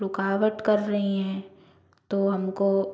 रुकावट कर रहीं हैं तो हम को